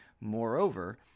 Moreover